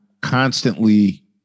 constantly